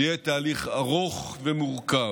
זה יהיה תהליך ארוך ומורכב,